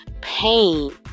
pain